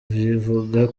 zivuga